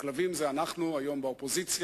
הכלבים הם אנחנו, היום באופוזיציה,